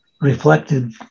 reflected